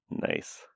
Nice